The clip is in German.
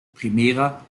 primera